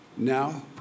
Now